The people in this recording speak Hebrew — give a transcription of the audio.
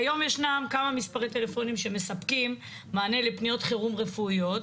כיום ישנם כמה מספרי טלפונים שמספקים מענה לפניות חירום רפואיות,